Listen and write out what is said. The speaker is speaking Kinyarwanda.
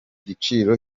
giciro